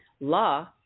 law